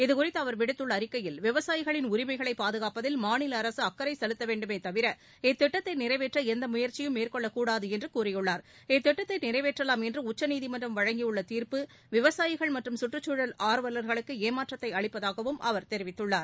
இதுகுறித்துஅவர் விடுத்துள்ளஅறிக்கையில் விவசாயிகளின் உரிமைகளைபாதுகாப்பதில் மாநிலஅரசுஅக்கரைசெலுத்தவேண்டுமேதவிர இத்திட்டத்தைநிறைவேற்றஎந்தமுயற்சியும் மேற்கொள்ளக்கூடாதுஎன்றுகூறியுள்ளார் இத்திட்டத்தைநிறைவேற்றலாம் என்றுஉச்சநீதிமன்றம் வழங்கியுள்ளதீர்ப்பு விவசாயிகள் மற்றம் சுற்றுச்சூழல் ஆர்வலர்களுக்குஏமாற்றத்தைஅளிப்பதாகவும் அவர் தெரிவித்துள்ளார்